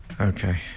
Okay